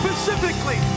Specifically